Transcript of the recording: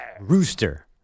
Rooster